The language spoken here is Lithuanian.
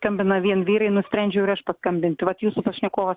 skambina vien vyrai nusprendžiau ir aš paskambint vat jūsų pašnekovas